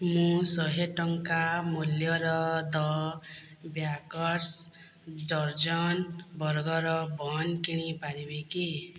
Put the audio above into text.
ମୁଁ ଶହେ ଟଙ୍କା ମୂଲ୍ୟର the bakers dozen burger bun କିଣି ପାରିବି କି